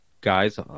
guys